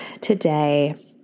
today